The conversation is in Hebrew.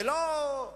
זו לא מדיניות.